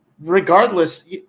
regardless